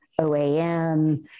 OAM